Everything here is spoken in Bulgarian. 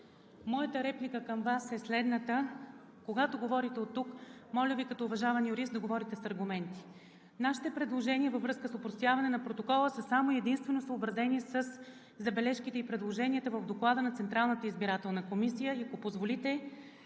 моята реплика към Вас е следната: когато говорите оттук, моля Ви като уважаван юрист да говорите с аргументи. Нашите предложения във връзка с опростяване на протокола са само и единствено съобразени със забележките и предложенията в Доклада на Централната избирателна комисия. Ако позволите,